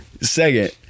second